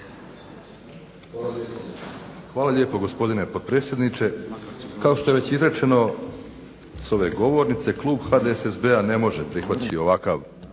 Hvala lijepo gospodine potpredsjedniče. Kao što je već izrečeno s ove govornice klub HDSSB-a ne može prihvatiti ovakav